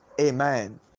amen